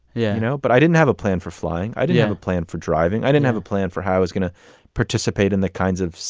yeah you know but i didn't have a plan for flying. i didn't have a plan for driving. i didn't have a plan for how i was going to participate in the kinds of,